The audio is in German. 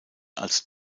als